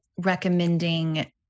recommending